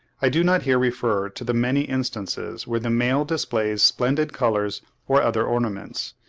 i do not here refer to the many instances where the male displays splendid colours or other ornaments,